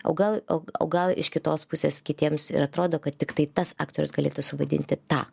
o gal o o gal iš kitos pusės kitiems ir atrodo kad tiktai tas aktorius galėtų suvaidinti tą